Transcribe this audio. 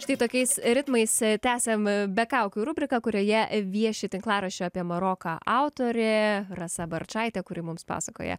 štai tokiais ritmais tęsiam be kaukių rubriką kurioje vieši tinklaraščio apie maroką autorė rasa barčaitė kuri mums pasakoja